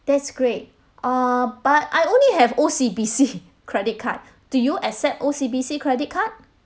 that's great err but I only have O_C_B_C credit card do you accept O_C_B_C credit card